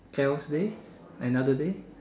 else day another day